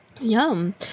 yum